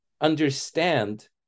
Understand